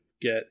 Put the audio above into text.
get